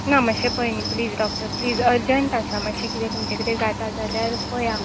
ना माश्शें पळय न्ही प्लीझ डॉक्टर प्लीझ अर्जंट आसा माश्शें किदें तुमच्या कडेन जाता जाल्यार पळयां